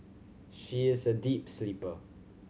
she is a deep sleeper